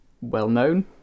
well-known